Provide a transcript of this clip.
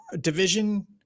Division